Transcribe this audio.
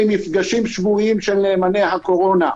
מפגשים שבועיים של "נאמני הקורונה"